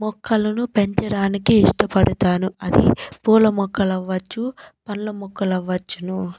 మొక్కలను పెంచడానికి ఇష్టపడతాను అది పూల మొక్కలవ్వచ్చు పండ్ల మొక్కలవ్వచ్చును